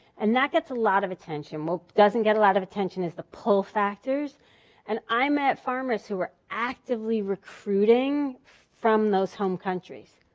and that gets a lot of attention. what doesn't get a lot of attention is the pull factors and i met farmers who were actively recruiting from those home countries.